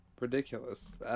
Ridiculous